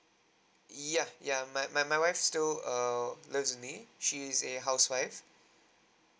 ya ya my my my wife still err live with me she's a housewife